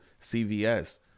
CVS